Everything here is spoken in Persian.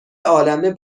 عالمه